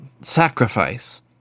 Sacrifice